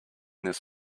this